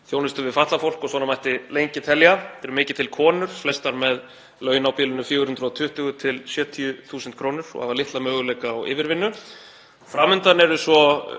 þjónustu við fatlað fólk og svona mætti lengi telja. Þetta eru mikið til konur, flestar með laun á bilinu 420.000–470.000 kr. og hafa litla möguleika á yfirvinnu. Fram undan eru svo